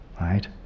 Right